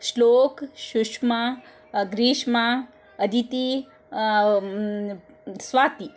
Shlok Sushma Grishma Aditi Swati